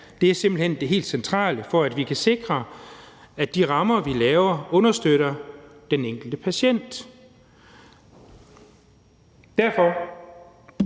her, er simpelt hen det helt centrale, for at vi kan sikre, at de rammer, vi laver, understøtter den enkelte patient. Derfor